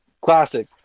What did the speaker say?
Classic